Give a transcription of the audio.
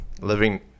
Living